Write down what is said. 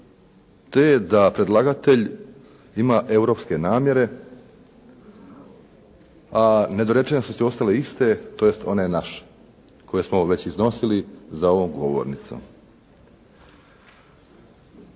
te da predlagatelj ima europske namjere, a nedorečene su sve ostale iste, tj. one naše koje smo već iznosili za ovom govornicom.